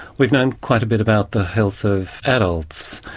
we've known quite a bit about the health of adults,